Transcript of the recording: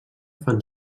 fan